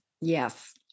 Yes